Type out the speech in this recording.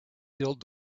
filled